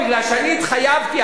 כיוון שאני התחייבתי,